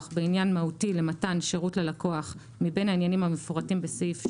בעניין מהותי למתן שירות ללקוח מבין העניינים המפורטים בסעיף (3)',